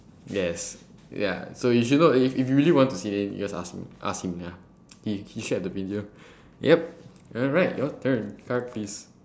yes ya so you should know if if you really want to see it then you just ask me ask him ya he he shared the video yup alright your turn card please